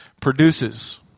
produces